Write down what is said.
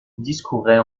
discourait